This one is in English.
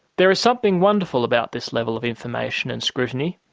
there is something wonderful about this level of information and scrutiny.